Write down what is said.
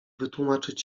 wytłumaczyć